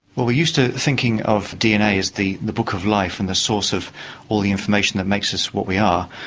we're used to thinking of dna as the the book of life and the source of all the information that makes us what we are.